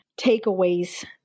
takeaways